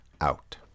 Out